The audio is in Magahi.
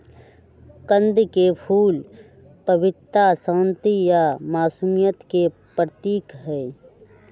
कंद के फूल पवित्रता, शांति आ मासुमियत के प्रतीक हई